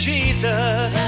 Jesus